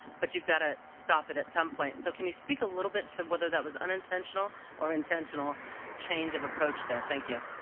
but you've got to stop it at some point. so can you speak a little bit to whether that was an unintentional or intentional change of approach there? thank you.